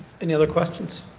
any other questions?